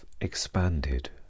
expanded